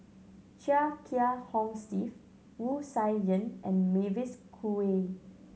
Chia Kiah Hong Steve Wu Tsai Yen and Mavis Khoo Oei